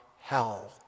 hell